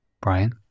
Brian